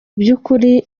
by’ukuri